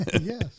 Yes